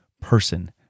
person